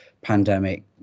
pandemic